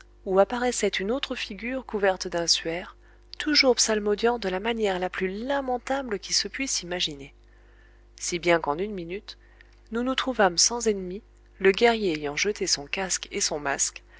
où apparaissait une autre figure couverte d'un suaire toujours psalmodiant de la manière la plus lamentable qui se puisse imaginer si bien qu'en une minute nous nous trouvâmes sans ennemis le guerrier ayant jeté son casque et son masque